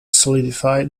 solidify